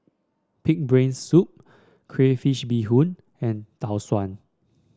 pig brains soup Crayfish Beehoon and Tau Suan